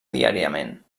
diàriament